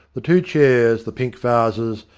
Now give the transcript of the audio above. the two chairs, the pink vases,